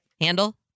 Handle